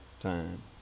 time